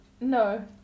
No